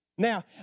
Now